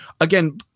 again